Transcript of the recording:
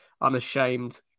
unashamed